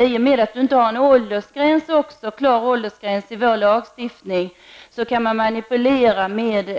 I och med att vi inte har någon klar åldersgräns i vår lagstiftning kan man manipulera med